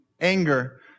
anger